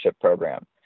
Program